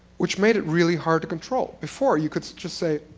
which made it really hard to control. before, you could just say,